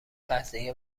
قضیه